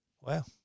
Wow